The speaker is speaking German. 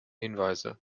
hinweise